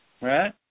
right